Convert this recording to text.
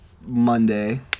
Monday